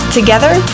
Together